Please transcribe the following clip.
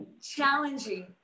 Challenging